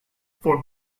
for